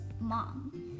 mom